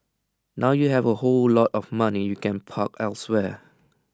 now you have A whole lot of money you can park elsewhere